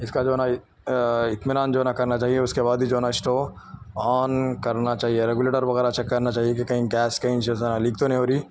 اس کا جو ہے نا اطمینان جو ہے نا کرنا چاہیے اس کے بعد ہی جو ہے نا اسٹوو آن کرنا چاہیے ریگولیٹر وغیرہ چیک کرنا چاہیے کہ کہیں گیس کہیں سے لیک تو نہیں ہو رہی